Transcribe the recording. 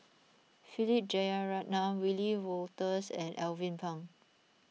Philip Jeyaretnam Wiebe Wolters and Alvin Pang